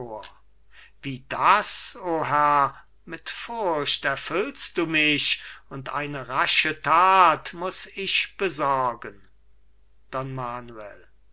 wie das o herr mit furcht erfüllt du mich und eine rasche that muß ich besorgen